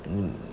um